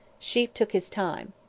sheaffe took his time.